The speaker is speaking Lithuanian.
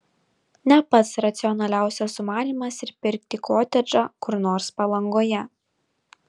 ne pats racionaliausias sumanymas ir pirkti kotedžą kur nors palangoje